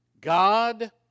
God